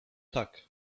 tak